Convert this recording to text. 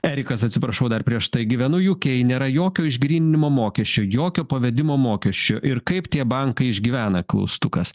erikas atsiprašau dar prieš tai gyvenu uk nėra jokio išgryninimo mokesčio jokio pavedimo mokesčio ir kaip tie bankai išgyvena klaustukas